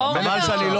חבל שאני לא